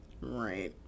Right